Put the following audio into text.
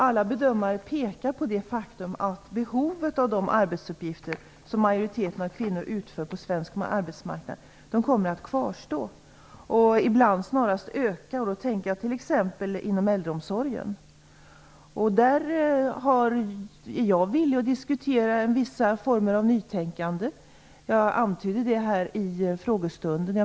Alla bedömare pekar på det faktum att behovet av de arbetsuppgifter som majoriteten av kvinnor utför på den svenska arbetsmarknaden kommer att kvarstå. Ibland kommer de snarast att öka, t.ex. inom äldreomsorgen. På det området är jag villig att diskutera vissa former av nytänkande, vilket jag antydde i frågestunden.